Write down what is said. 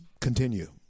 continue